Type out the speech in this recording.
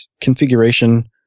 configuration